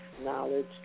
knowledge